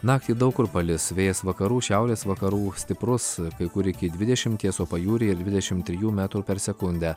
naktį daug kur palis vėjas vakarų šiaurės vakarų stiprus kai kur iki dvidešimties o pajūryje ir dvidešim trijų metrų per sekundę